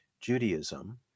judaism